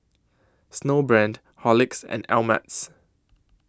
Snowbrand Horlicks and Ameltz